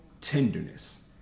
tenderness